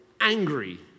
angry